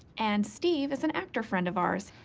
and steve is an actor friend of ours.